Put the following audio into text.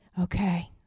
okay